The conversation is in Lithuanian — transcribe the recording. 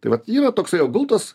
tai vat yra toksai o gultas